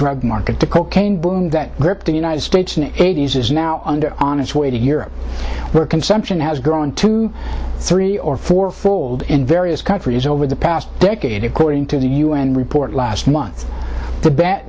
drug market the cocaine boom that gripped the united states an eighty's is now under on its way to europe where consumption has grown to three or four fold in various countries over the past decade according to the u n report last month the